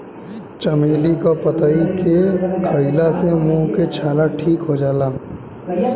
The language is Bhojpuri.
चमेली के पतइ के खईला से मुंह के छाला ठीक हो जाला